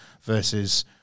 versus